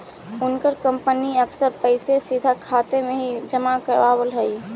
उनकर कंपनी अक्सर पैसे सीधा खाते में ही जमा करवाव हई